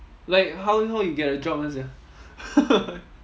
like how how you get the job [one] sia